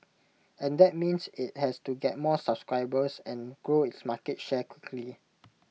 and that means IT has to get more subscribers and grow its market share quickly